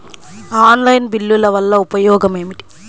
Online బిల్లుల వల్ల ఉపయోగమేమిటీ?